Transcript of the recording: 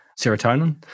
serotonin